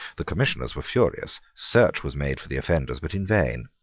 the commissioners were furious. search was made for the offenders, but in vain.